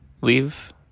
leave